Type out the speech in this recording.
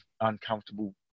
uncomfortable